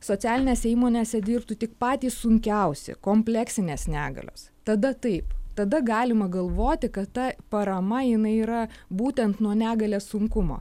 socialinėse įmonėse dirbtų tik patys sunkiausi kompleksinės negalios tada taip tada galima galvoti kad ta parama jinai yra būtent nuo negalės sunkumo